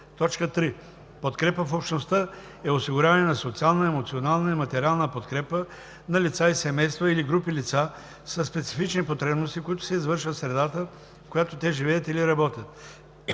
живот. 3. „Подкрепа в общността“ е осигуряване на социална, емоционална и материална подкрепа на лица и семейства или групи лица със специфични потребности, които се извършват в средата, в която те живеят или работят.